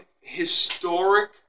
historic